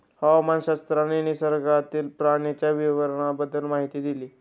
हवामानशास्त्रज्ञांनी निसर्गातील पाण्याच्या वितरणाबाबत माहिती दिली